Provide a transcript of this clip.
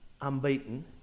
unbeaten